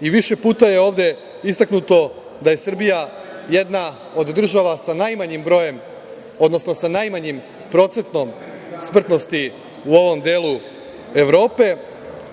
i više puta je ovde istaknuto da je Srbija jedna od država sa najmanjim brojem, odnosno sa najmanjim procentom smrtnosti u ovom delu Evrope,